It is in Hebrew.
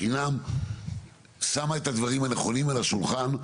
היא שמה את הדברים הנכונים על השולחן.